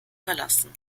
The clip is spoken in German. verlassen